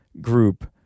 group